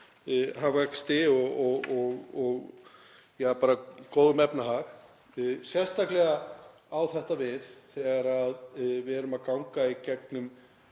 hagvexti og bara góðum efnahag, sérstaklega á þetta við þegar við erum að ganga í gegnum